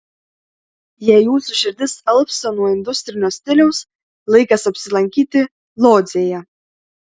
jei jūsų širdis alpsta nuo industrinio stiliaus laikas apsilankyti lodzėje